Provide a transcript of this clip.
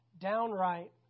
downright